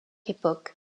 époques